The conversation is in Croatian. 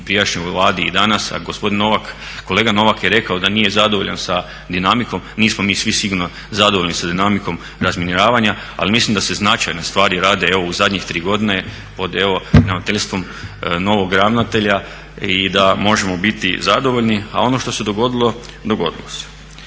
prijašnjoj Vladi i danas, a gospodin Novak, kolega Novak je rekao da nije zadovoljan sa dinamikom. Nismo mi svi sigurno zadovoljni sa dinamikom razminiravanja, ali mislim da se značajne stvari rade, evo u zadnjih 3 godine pod evo ravnateljstvom novog ravnatelja i da možemo biti zadovoljni. A ono što se dogodilo, dogodilo se.